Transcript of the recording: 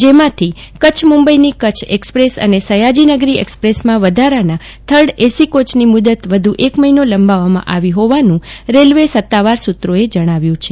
જેમાંથી કચ્છ મુંબઈની કચ્છ એક્સપ્રેસ અને સયાજી નગરી એક્સપ્રેસમાં વધારાના થર્ડ એસી કોચની મુદત વધુ એક મહિનો લંબાવવામાં આવી હોવાનું રેલ્વે સતાવાર સુત્રોએ જણાવ્યુ છે